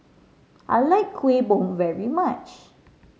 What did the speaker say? I like Kueh Bom very much